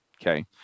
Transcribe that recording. okay